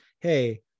hey